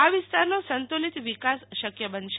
આ વિસ્તારનો સંતુ લિત વિકાસ શક્ય બનશે